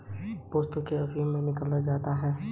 पोस्ता से अफीम निकाला जाता है